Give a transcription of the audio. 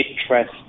interest